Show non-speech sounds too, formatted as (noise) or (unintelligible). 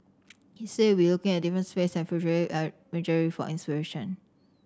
he said he would be looking at different space and (unintelligible) for inspiration